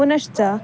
पुनश्च